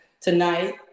tonight